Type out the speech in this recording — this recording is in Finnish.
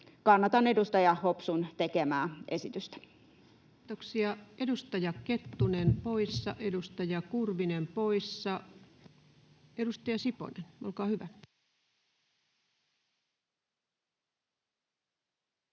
Kannatan edustaja Hopsun tekemää esitystä. Kiitoksia. — Edustaja Kettunen, poissa. Edustaja Kurvinen, poissa. — Edustaja Siponen, olkaa hyvä. Arvoisa